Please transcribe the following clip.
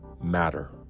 matter